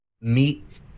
meet